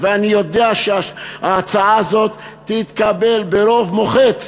ואני יודע שההצעה הזאת תתקבל ברוב מוחץ